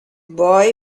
boy